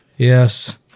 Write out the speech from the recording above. Yes